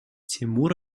тимур